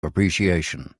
appreciation